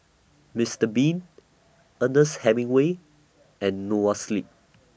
Mister Bean Ernest Hemingway and Noa Sleep